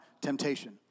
temptation